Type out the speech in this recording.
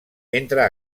entra